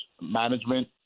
management